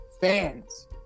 Fans